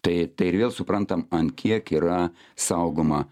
tai tai ir vėl suprantam an kiek yra saugoma